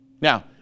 Now